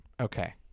okay